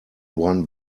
one